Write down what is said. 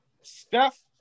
Steph